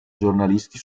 giornalisti